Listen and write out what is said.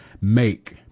make